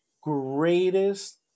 greatest